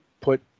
put